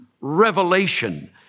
revelation